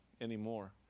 anymore